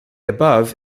above